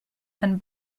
and